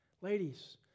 ladies